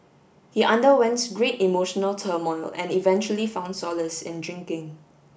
he underwent great emotional turmoil and eventually found solace in drinking